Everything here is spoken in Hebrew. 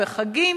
בחגים.